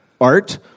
art